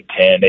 Ten